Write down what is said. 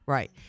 Right